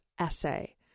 essay